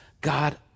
God